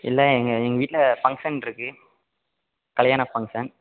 இல்லை எங்கள் எங்கள் வீட்டில் ஃபங்க்ஷன் இருக்குது கல்யாண ஃபங்க்ஷன்